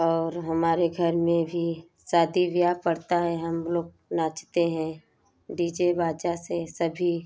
और हमारे घर में भी शादी ब्याह पड़ता है हम लोग नाचते हैं डी जे बाजा से सभी